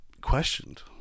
Questioned